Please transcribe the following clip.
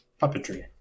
puppetry